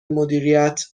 مدیریت